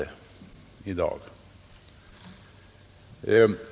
dag.